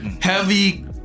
heavy